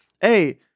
hey